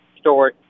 story